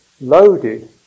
loaded